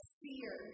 fear